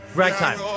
ragtime